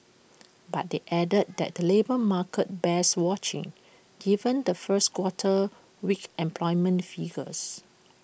but they added that the labour market bears watching given the first quarter's weak employment figures